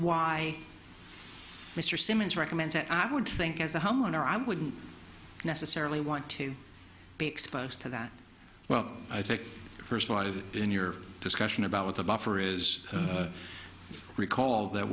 why mr simmons recommends that i would think as a homeowner i wouldn't necessarily want to be exposed to that well i think first what is it in your discussion about what the buffer is recall that